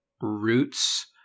roots